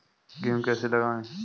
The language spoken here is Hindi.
गेहूँ कैसे लगाएँ?